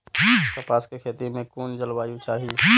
कपास के खेती में कुन जलवायु चाही?